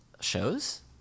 shows